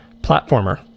platformer